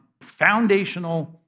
foundational